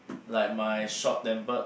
like my short tempered